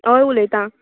हय उलयतां